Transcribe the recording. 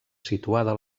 situada